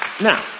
Now